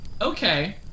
Okay